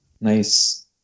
nice